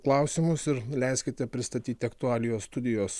klausimus ir leiskite pristatyti aktualijos studijos